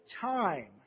time